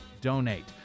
donate